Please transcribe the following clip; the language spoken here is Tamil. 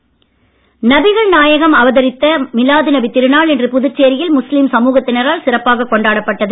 மிலாது நபி நபிகள் நாயகம் அவதரித்த மிலாது நபி திருநாள் இன்று புதுச்சேரியில் முஸ்லீம் சமூகத்தினரால் சிறப்பாக கொண்டாடப்பட்டது